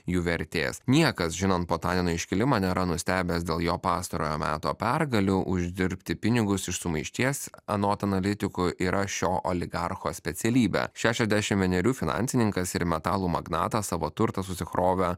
jų vertės niekas žinant potanino iškilimą nėra nustebęs dėl jo pastarojo meto pergalių uždirbti pinigus iš sumaišties anot analitikų yra šio oligarcho specialybė šešiasdešim vienerių finansininkas ir metalų magnatas savo turtą susikrovė